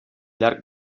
llarg